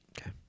Okay